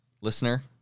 listener